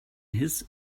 his